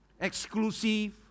exclusive